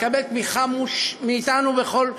תקבל תמיכה מאתנו בכול,